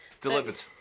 Delivered